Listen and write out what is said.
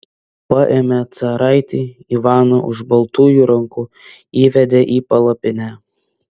paėmė caraitį ivaną už baltųjų rankų įvedė į palapinę